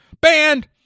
Banned